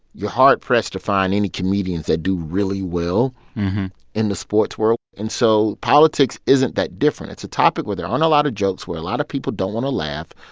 you're hard-pressed to find any comedians that do really well in the sports world. and so politics isn't that different. it's a topic where there aren't a lot of jokes where a lot of people don't want to laugh.